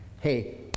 hey